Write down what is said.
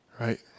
right